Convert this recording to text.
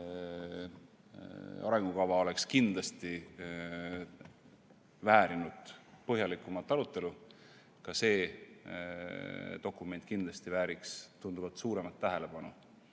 arengukava oleks kindlasti väärinud põhjalikumat arutelu. Ka see dokument kindlasti vääriks tunduvalt suuremat tähelepanu,